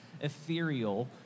ethereal